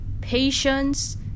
patience